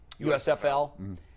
USFL